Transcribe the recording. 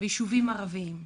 ביישובים ערביים,